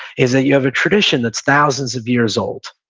is that you have a tradition that's thousands of years old.